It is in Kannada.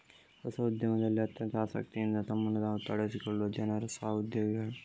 ಹೊಸ ಉದ್ಯಮದಲ್ಲಿ ಅತ್ಯಂತ ಆಸಕ್ತಿಯಿಂದ ತಮ್ಮನ್ನು ತಾವು ತೊಡಗಿಸಿಕೊಳ್ಳುವ ಜನರು ಸ್ವ ಉದ್ಯೋಗಿಗಳು